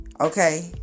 Okay